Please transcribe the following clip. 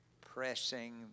pressing